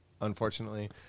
Unfortunately